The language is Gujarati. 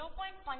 55 અને 0